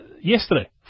yesterday